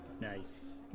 Nice